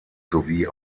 sowie